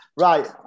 Right